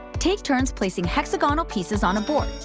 take turns placing hexagonal pieces on a board.